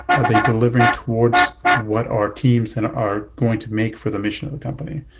are they delivering towards what are teams and are going to make for the mission of the company?